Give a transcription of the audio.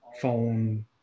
phone